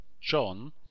John